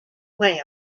lamb